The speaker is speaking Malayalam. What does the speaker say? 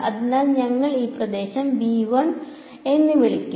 അതിനാൽ ഞങ്ങൾ ഈ പ്രദേശം എന്ന് വിളിക്കും